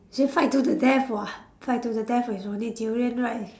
they fight to the death [what] fight to the death with only durian right